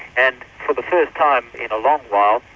and for the first time in a long while,